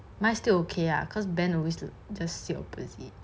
mine still okay lah cause ben always just sit opposite